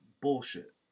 bullshit